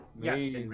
Yes